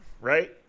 right